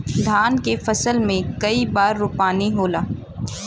धान के फसल मे कई बार रोपनी होला?